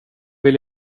vill